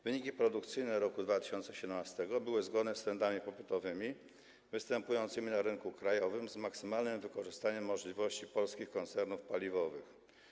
Wyniki produkcyjne roku 2017 były zgodne z trendami popytowymi występującymi na rynku krajowym z maksymalnym wykorzystaniem możliwości polskich koncernów paliwowych.